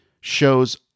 shows